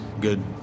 good